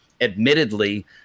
admittedly